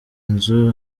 inzu